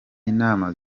inama